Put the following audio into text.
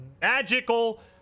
magical